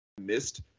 missed